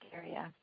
area